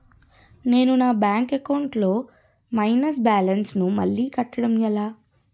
నేను నా bank account లొ మైనస్ బాలన్స్ ను మళ్ళీ కట్టడం ఎలా?